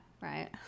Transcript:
right